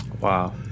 Wow